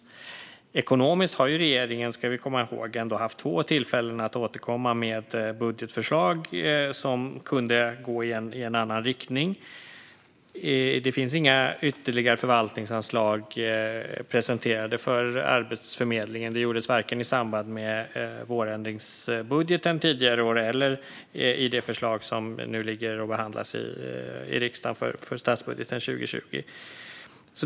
Regeringen har ändå, ska vi komma ihåg, haft två tillfällen att återkomma med ett budgetförslag som kunde gå i en annan riktning. Det finns inga ytterligare förvaltningsanslag presenterade för Arbetsförmedlingen. Det gjordes varken i samband med vårändringsbudgeten tidigare i år eller i det förslag som nu behandlas i riksdagen för statsbudgeten 2020.